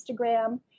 Instagram